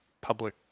public